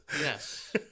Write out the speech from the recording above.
Yes